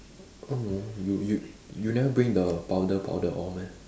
oh you you you never bring the powder powder all meh